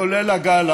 כולל הגל האחרון,